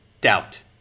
doubt